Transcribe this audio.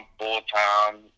full-time